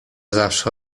zawsze